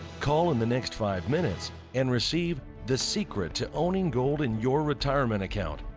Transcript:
call in the next five minutes and receive the secret to owning gold in your retirement account,